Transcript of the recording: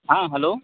हां हॅलो